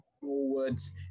forwards